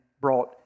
brought